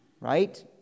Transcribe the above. Right